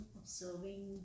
observing